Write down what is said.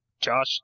Josh